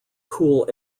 cool